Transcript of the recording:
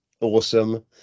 awesome